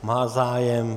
Má zájem.